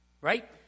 right